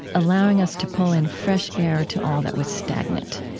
allowing us to pull in fresh air to all that was stagnant.